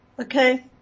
okay